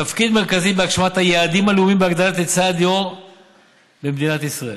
תפקיד מרכזי בהגשמת היעדים הלאומיים בהגדלת היצע הדיור במדינת ישראל.